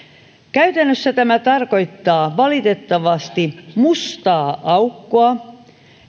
käytännössä tämä tarkoittaa valitettavasti mustaa aukkoa